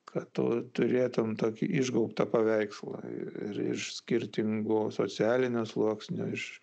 kad tu turėtum tokį išgaubtą paveikslą ir iš skirtingo socialinio sluoksnio iš